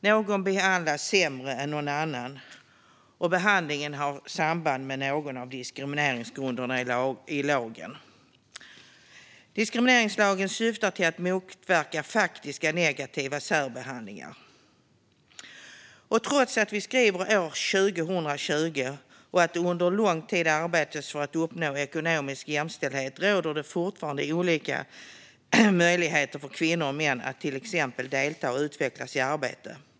Någon behandlas sämre än någon annan, och behandlingen har samband med någon av diskrimineringsgrunderna i lagen. Diskrimineringslagen syftar till att motverka faktisk negativ särbehandling. Trots att vi skriver år 2020 och det under lång tid har arbetats för att uppnå ekonomisk jämställdhet råder det fortfarande olika möjligheter för kvinnor och män att till exempel delta och utvecklas i arbetet.